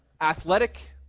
Athletic